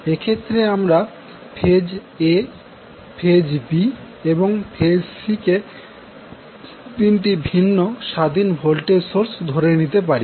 এক্ষেত্রে আমরা phase A phase B এবং ফেজ C কে তিনটি ভিন্ন স্বাধীন ভোল্টেজ সোর্স ধরে নিতে পারি